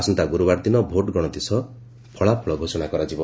ଆସନ୍ତା ଗୁରୁବାର ଦିନ ଭୋଟ ଗଣତି ସହ ଫଳାଫଳ ଘୋଷଣା କରାଯିବ